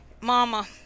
mama